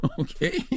Okay